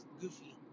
goofy